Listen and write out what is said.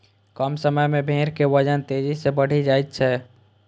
कम समय मे भेड़ के वजन तेजी सं बढ़ि जाइ छै